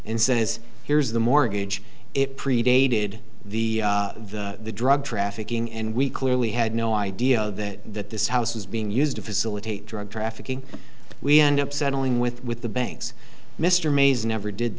and says here's the mortgage it predated the drug trafficking and we clearly had no idea that that this house was being used to facilitate drug trafficking we end up settling with with the banks mr mays never did